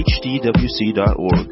hdwc.org